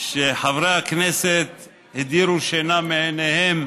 שחברי הכנסת הדירו שינה מעיניהם